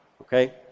okay